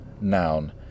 noun